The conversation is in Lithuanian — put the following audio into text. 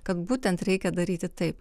kad būtent reikia daryti taip